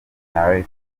fabien